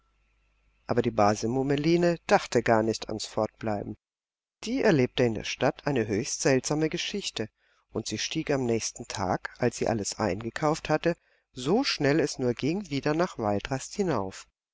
aber die base mummeline dachte gar nicht ans fortbleiben die erlebte in der stadt eine höchst seltsame geschichte und sie stieg am nächsten tag als sie alles eingekauft hatte so schnell es nur ging wieder nach waldrast hinauf